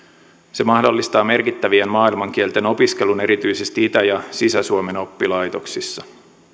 se mahdollistaa merkittävien maailmankielten opiskelun erityisesti itä ja sisä suomen oppilaitoksissa